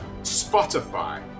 Spotify